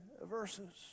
verses